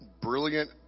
brilliant